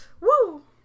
Woo